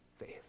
faith